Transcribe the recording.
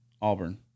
Auburn